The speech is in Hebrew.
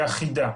היא אחידה.